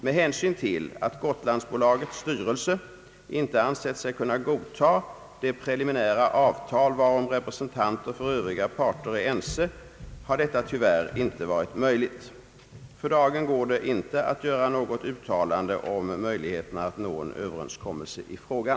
Med hänsyn till att Gotlandsbolagets styrelse inte ansett sig kunna godta det preliminära avtal varom representanter för övriga parter är ense har detta tyvärr inte varit möjligt. För dagen går det inte att göra något uttalande om möjligheterna att nå en överenskommelse i frågan.